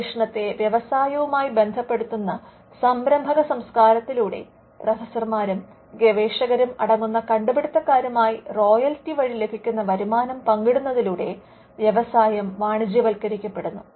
ഗവേഷണത്തെ വ്യവസായവുമായി ബന്ധപ്പെടുത്തുന്ന സംരംഭക സംസ്കാരത്തിലൂടെ പ്രൊഫസർമാരും ഗവേഷകരും അടങ്ങുന്ന കണ്ടുപിടുത്തക്കാരുമായി റോയൽറ്റി വഴി ലഭിക്കുന്ന വരുമാനം പങ്കിടുന്നത്തിലൂടെ വ്യവസായം വാണിജ്യവത്കരിക്കപ്പെടുന്നു